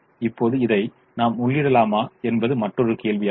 இப்போது இதை நாம் உள்ளிடலாமா என்பது மற்றொரு கேள்வி ஆகும்